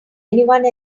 anyone